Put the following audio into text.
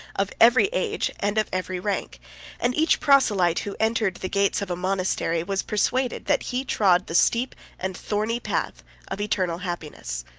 of every age, and of every rank and each proselyte who entered the gates of a monastery, was persuaded that he trod the steep and thorny path of eternal happiness.